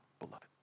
beloved